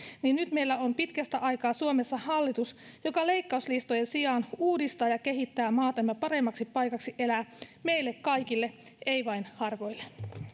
ja nyt meillä on pitkästä aikaa suomessa hallitus joka leikkauslistojen sijaan uudistaa ja kehittää maatamme paremmaksi paikaksi elää meille kaikille ei vain harvoille